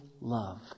love